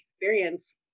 experience